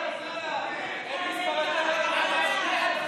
זה ההבדל בין אחד ששומר על החיילים שלנו,